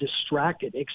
distracted